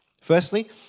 Firstly